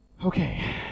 okay